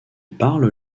parlent